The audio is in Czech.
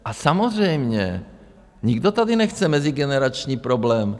A samozřejmě nikdo tady nechce mezigenerační problém.